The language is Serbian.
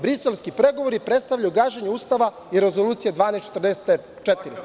Briselski pregovori predstavljaju gaženje Ustava i Rezolucije 1244.